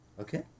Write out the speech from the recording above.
okay